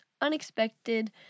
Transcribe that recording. unexpected